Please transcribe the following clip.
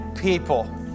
people